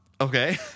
Okay